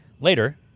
later